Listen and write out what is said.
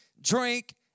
drink